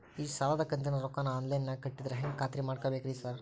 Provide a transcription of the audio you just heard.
ಈ ಸಾಲದ ಕಂತಿನ ರೊಕ್ಕನಾ ಆನ್ಲೈನ್ ನಾಗ ಕಟ್ಟಿದ್ರ ಹೆಂಗ್ ಖಾತ್ರಿ ಮಾಡ್ಬೇಕ್ರಿ ಸಾರ್?